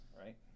right